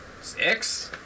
six